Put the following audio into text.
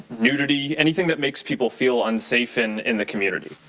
nudity, anything that makes people feel unsafe in in the community.